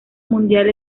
mundial